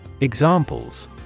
Examples